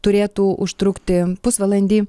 turėtų užtrukti pusvalandį